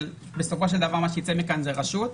של מה שיצא מכאן זה רשות,